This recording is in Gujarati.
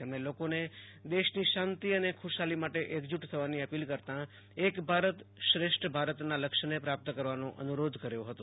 તેમણે લોકોને દેશની શાંતિ અને ખુશાલી માટે એકજૂટ થવાની અપીલ કરતાં એક ભારત શ્રેષ્ઠ ભારતના લક્ષ્યને પ્રાપ્ત કરવીનો અનુરોધ કર્યો હતો